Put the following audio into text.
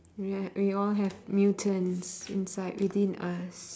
ya we all have mutants inside within us